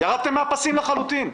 ירדתם מן הפסים לחלוטין.